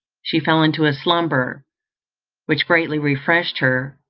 she fell into a slumber which greatly refreshed her,